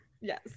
Yes